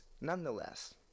nonetheless